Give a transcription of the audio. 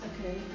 Okay